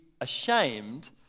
ashamed